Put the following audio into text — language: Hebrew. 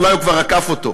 אולי הוא כבר עקף אותו.